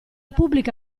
pubblica